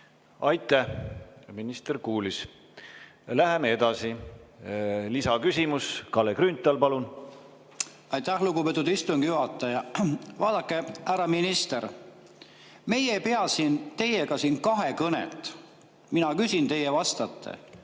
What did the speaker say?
Aitäh! Minister kuulis. Läheme edasi. Lisaküsimus, Kalle Grünthal, palun! Aitäh, lugupeetud istungi juhataja! Vaadake, härra minister, meie ei pea teiega siin kahekõnet: mina küsin, teie vastate.